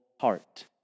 heart